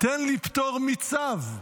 תן לי פטור מצו.